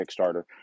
Kickstarter